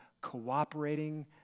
cooperating